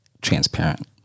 transparent